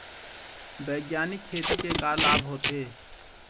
बैग्यानिक खेती के का लाभ होथे?